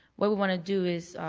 what we want to do is